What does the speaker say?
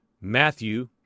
Matthew